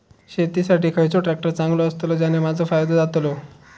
शेती साठी खयचो ट्रॅक्टर चांगलो अस्तलो ज्याने माजो फायदो जातलो?